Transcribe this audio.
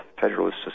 Federalist